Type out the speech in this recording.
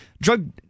drug